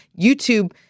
YouTube